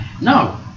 No